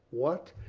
what!